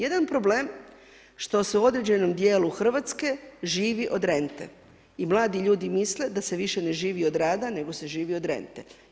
Jedan problem što se u određenom dijelu Hrvatske živi od rente i mladi ljudi misle da se više ne živi od rada nego se živi od rente.